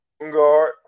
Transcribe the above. guard